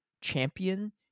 champion